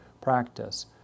practice